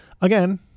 again